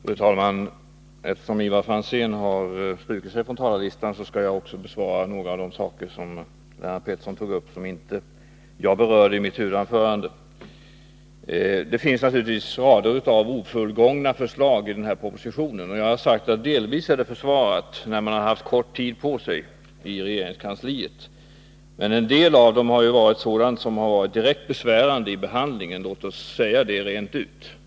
Fru talman! Eftersom Ivar Franzén har strukit sig från talarlistan, skall jag kommentera några av de frågor som Lennart Pettersson tog upp men som jag inte berörde i mitt huvudanförande. Det finns naturligtvis rader av ofullkomliga förslag i denna proposition. Jag har sagt att det delvis är försvarbart, eftersom man har haft så kort tid på sig i regeringskansliet. Men en del av dem är av sådan natur att det har varit direkt besvärande vid behandlingen. Låt oss säga det rent ut.